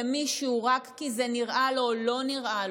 למישהו רק כי זה נראה לו או לא נראה לו,